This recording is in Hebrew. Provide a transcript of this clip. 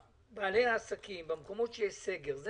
שבעלי העסקים והמקומות שיש בהם סגר יקבלו מענה?